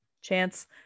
chance